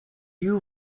you